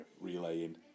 relaying